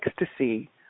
ecstasy